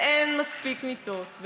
ואין מספיק מיטות,